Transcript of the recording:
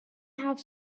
have